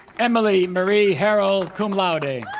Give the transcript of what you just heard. emily marie harrill cum laude